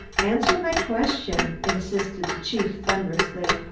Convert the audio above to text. answer my question, insisted the chief thunderously.